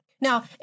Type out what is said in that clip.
now